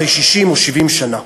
אחרי 60 או 70 שנה.